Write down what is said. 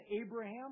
Abraham